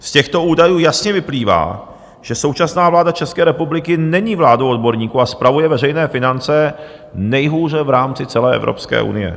Z těchto údajů jasně vyplývá, že současná vláda České republiky není vládou odborníků a spravuje veřejné finance nejhůře v rámci celé Evropské unie.